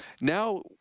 now